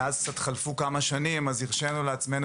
ומאז חלפו כמה שנים ולכן הרשינו לעצמנו